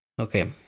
Okay